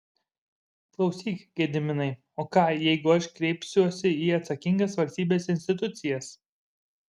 klausyk gediminai o ką jeigu aš kreipsiuosi į atsakingas valstybės institucijas